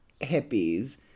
hippies